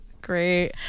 great